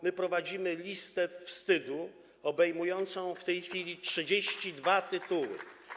My prowadzimy listę wstydu obejmującą w tej chwili 32 tytuły.